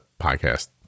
podcast